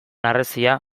harresia